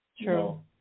true